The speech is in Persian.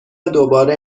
دوباره